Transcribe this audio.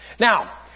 Now